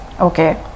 Okay